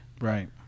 Right